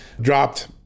dropped